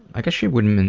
i guess she would